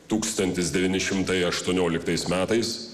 tūkstantis devyni šimtai aštuonioliktais metais